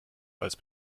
als